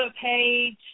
page